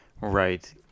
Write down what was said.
Right